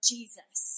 Jesus